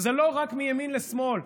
וזה לא רק מימין לשמאל,